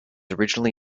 originally